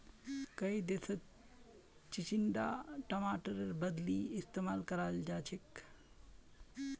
कई देशत चिचिण्डा टमाटरेर बदली इस्तेमाल कराल जाछेक